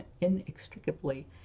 inextricably